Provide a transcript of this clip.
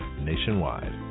nationwide